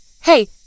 Hey